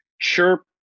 Chirp